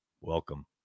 Welcome